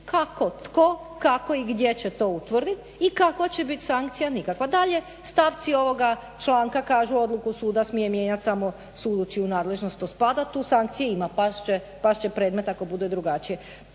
kako, tko, kako i gdje će to utvrdit i kakva će bit sankcija? Nikakva. Dalje stavci ovoga članka kažu odluku suda smije mijenjat samo sud u čiju nadležnost to spada. Tu sankcije ima. Past će predmet ako bude drugačije.